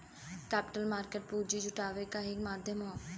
capital market पूंजी जुटाने क एक माध्यम हौ